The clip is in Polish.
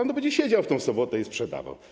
On będzie siedział w tę sobotę i sprzedawał.